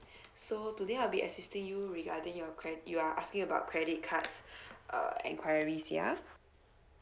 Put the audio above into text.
so today I'll be assisting you regarding your cred~ you're asking about credit cards uh enquiries ya